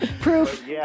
Proof